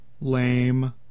Lame